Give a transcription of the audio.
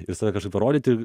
ir save kažkaip parodyti